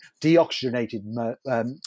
deoxygenated